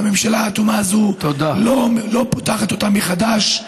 והממשלה האטומה הזאת לא פותחת אותה מחדש.